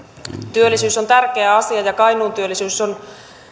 työllisyys on tärkeä asia ja kainuun työllisyys on